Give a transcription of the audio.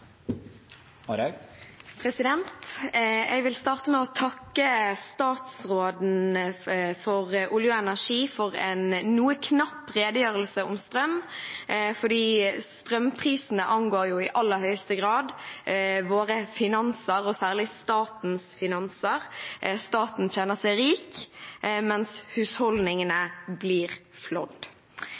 Jeg vil starte med å takke statsråden for olje og energi for en noe knapp redegjørelse om strøm, for strømprisene angår jo i aller høyeste grad våre finanser – og særlig statens finanser. Staten tjener seg rik, mens husholdningene blir